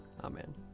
Amen